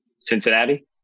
Cincinnati